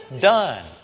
done